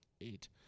eight